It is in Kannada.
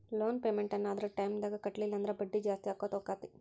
ಲೊನ್ ಪೆಮೆನ್ಟ್ ನ್ನ ಅದರ್ ಟೈಮ್ದಾಗ್ ಕಟ್ಲಿಲ್ಲಂದ್ರ ಬಡ್ಡಿ ಜಾಸ್ತಿಅಕ್ಕೊತ್ ಹೊಕ್ಕೇತಿ